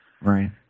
Right